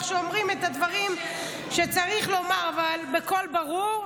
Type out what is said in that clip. שאומרים את הדברים שצריך לומר בקול ברור.